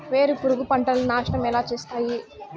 వేరుపురుగు పంటలని నాశనం ఎలా చేస్తాయి?